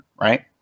right